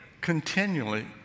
continually